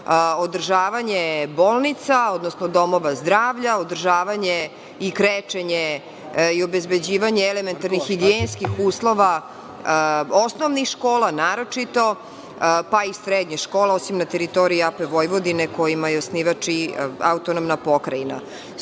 održavanje bolnica, odnosno domova zdravlja, održavanje i krečenje i obezbeđivanje elementarnih higijenskih uslova osnovnih škola, naročito, pa i srednjih škola, osim na teritoriji AP Vojvodine, kojima je osnivač i autonomna pokrajina. Stoga